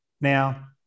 Now